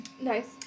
Nice